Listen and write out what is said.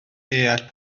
deall